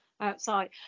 outside